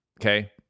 okay